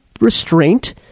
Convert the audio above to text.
restraint